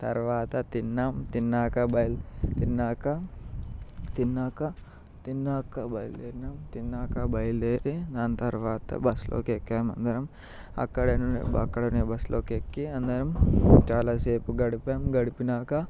తరువాత తిన్నాము తిన్నాక తిన్నాక తిన్నాక తిన్నాక బయలుదేరినాను తిన్నాక బయలుదేరి దాని తరువాత బస్సులోకి ఎక్కాము అందరం అక్కడ అక్కడ నుండి బస్సులోకి ఎక్కి అందరం చాలాసేపు గడిపాము గడిపాక